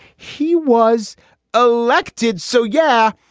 he was elected, so yeah,